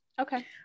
Okay